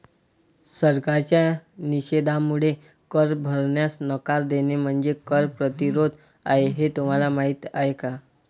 सरकारच्या निषेधामुळे कर भरण्यास नकार देणे म्हणजे कर प्रतिरोध आहे हे तुम्हाला माहीत आहे का